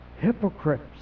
hypocrites